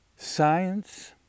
Science